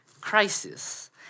crisis